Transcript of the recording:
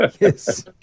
Yes